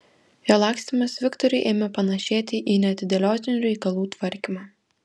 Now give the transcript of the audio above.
jo lakstymas viktorui ėmė panašėti į neatidėliotinų reikalų tvarkymą